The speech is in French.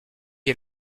est